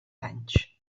anys